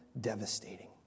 devastating